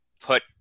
put